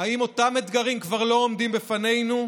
האם אותם אתגרים כבר לא עומדים בפנינו?